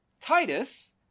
Titus